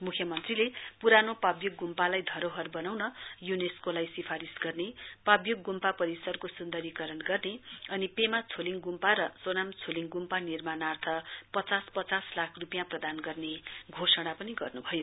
मुख्यमन्त्रीले पुरानो पाव्यूक गुम्पालाई धरोहर बनाउन यूनिसको लाई सिफारिश गर्ने पाव्यूक गुम्पा परिसरको सुन्दरीकरण गर्ने अनि पेमा छोलिङ गुम्पा र सोनाम छोलिङ गुम्पा निर्माणार्थ पचास पचास लाख रुपियाँ प्रदान गर्ने घोषणा पनि गर्नुभयो